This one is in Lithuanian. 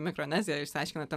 mikroneziją išsiaiškina ten